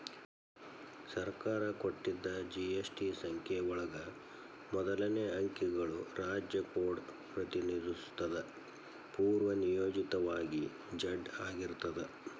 ಸರ್ಕಾರ ಕೊಟ್ಟಿದ್ ಜಿ.ಎಸ್.ಟಿ ಸಂಖ್ಯೆ ಒಳಗ ಮೊದಲನೇ ಅಂಕಿಗಳು ರಾಜ್ಯ ಕೋಡ್ ಪ್ರತಿನಿಧಿಸುತ್ತದ ಪೂರ್ವನಿಯೋಜಿತವಾಗಿ ಝೆಡ್ ಆಗಿರ್ತದ